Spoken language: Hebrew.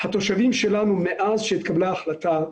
התושבים שלנו, מאז התקבלה ההחלטה,